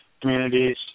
communities